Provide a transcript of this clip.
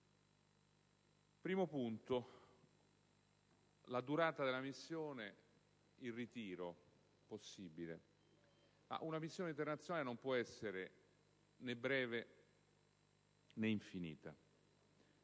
riguarda la durata della missione ed il possibile ritiro. Una missione internazionale non può essere né breve, né infinita.